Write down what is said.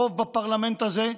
הרוב בפרלמנט הזה,